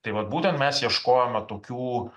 tai vat būtent mes ieškojome tokių